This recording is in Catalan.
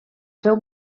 seu